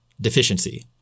deficiency